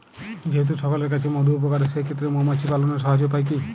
যেহেতু সকলের কাছেই মধু উপকারী সেই ক্ষেত্রে মৌমাছি পালনের সহজ উপায় কি?